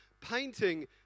painting